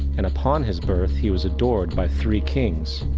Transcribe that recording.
and upon his birth, he was adored by three kings.